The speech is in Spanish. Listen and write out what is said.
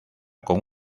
con